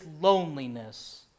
loneliness